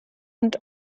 und